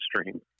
stream